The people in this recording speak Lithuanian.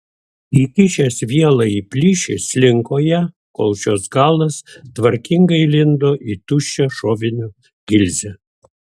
įkišęs vielą į plyšį slinko ją kol šios galas tvarkingai įlindo į tuščią šovinio gilzę